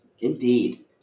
Indeed